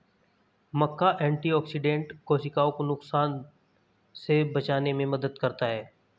मक्का antioxidant कोशिकाओं को नुकसान से बचाने में मदद करता है